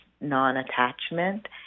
non-attachment